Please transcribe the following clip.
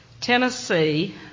Tennessee